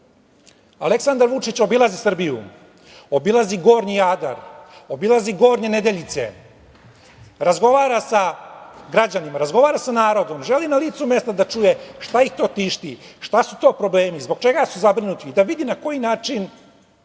Aleksandar Vučić obilazi Srbiju, obilazi Gornji Jadar, obilazi Gornje Nedeljice, razgovara sa građanima, razgovara sa narodom. Želi na licu mesta da čuje šta ih to tišti, šta su to problemi, zbog čega su zabrinuti, da vidi na koji način